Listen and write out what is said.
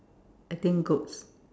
I think goats